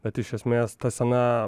bet iš esmės ta scena